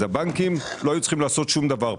אז הבנקים לא היו צריכים לעשות שום דבר.